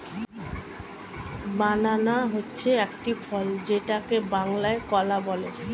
বানানা হচ্ছে একটি ফল যেটাকে বাংলায় কলা বলে